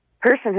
person